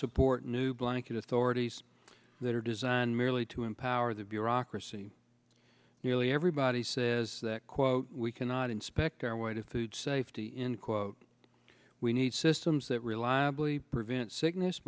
support a new blanket authorities that are designed merely to empower the bureaucracy nearly everybody says that quote we cannot inspect our way to food safety in quote we need systems that reliably prevent